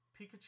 Pikachu